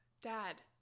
Dad